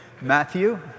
Matthew